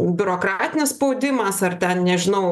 biurokratinis spaudimas ar ten nežinau